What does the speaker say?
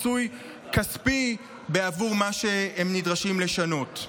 פיצוי כספי בעבור מה שהם נדרשים לשנות.